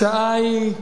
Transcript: השעה היא,